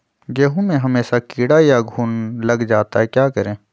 गेंहू में हमेसा कीड़ा या घुन लग जाता है क्या करें?